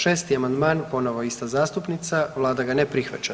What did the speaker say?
6. amandman, ponovo ista zastupnica, vlada ga ne prihvaća.